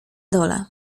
dole